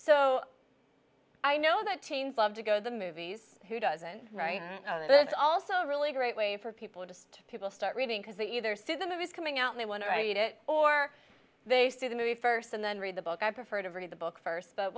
so i know that teens love to go to the movies who doesn't write that's also a really great way for people just people start reading because they either see the movies coming out they want to write it or they see the movie first and then read the book i prefer to read the book first but